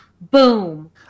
Boom